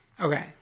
okay